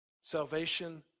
Salvation